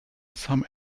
some